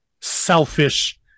selfish